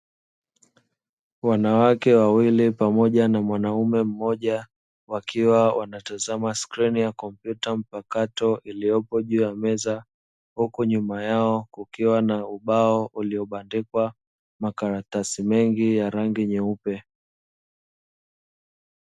Wwanawake wawili pamoja na mwanaume mmoja, wakiwa wanatazama skriini ya kompyuta mpakato iliyopo juu ya meza, huku nyuma yao kukiwa na ubao uliobandikwa makaratasi mengi yenye rangi nyeupe.